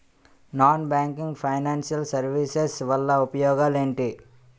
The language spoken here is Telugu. నాన్ బ్యాంకింగ్ ఫైనాన్షియల్ సర్వీసెస్ వల్ల ఉపయోగాలు ఎంటి?